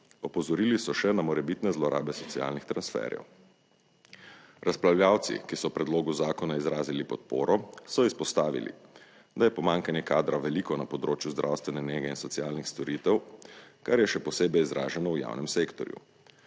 opozorili so še na morebitne zlorabe socialnih transferjev. Razpravljavci, ki so predlogu zakona izrazili podporo, so izpostavili, da je pomanjkanje kadra veliko na področju zdravstvene nege in socialnih storitev, kar je še posebej izraženo v javnem sektorju.